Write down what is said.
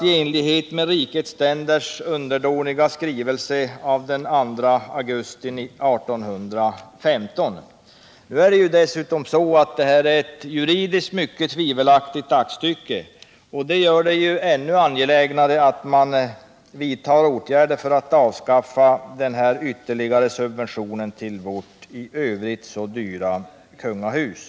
i enlighet med rikets ständers underdåniga skrivelse av den 2 augusti 1815. Nu är det dessutom fråga om ett juridiskt mycket tvivelaktigt aktstycke, och det gör det ännu angelägnare att man vidtar åtgärder för att avskaffa denna ytterligare subvention till vårt i övrigt så dyra kungahus.